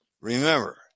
Remember